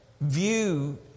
view